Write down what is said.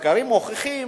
מחקרים מוכיחים: